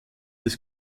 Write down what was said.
des